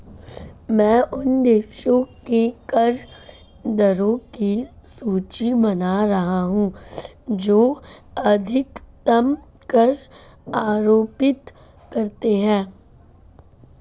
मैं उन देशों के कर दरों की सूची बना रहा हूं जो अधिकतम कर आरोपित करते हैं